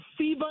FIBA